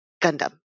gundam